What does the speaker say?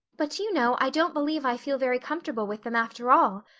but do you know i don't believe i feel very comfortable with them after all.